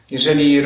Jeżeli